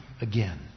again